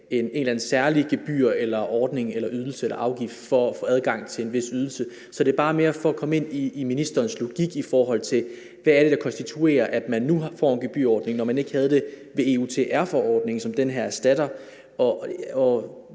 et eller andet særligt gebyr eller en afgift for at få adgang til det. Så det er bare et forsøg på at forstå ministerens logik, i forhold til hvad der skyldes, at man nu får en gebyrordning, når man ikke havde det ved EUTR-forordningen, som den her erstatter,